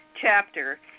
chapter